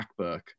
MacBook